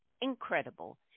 Incredible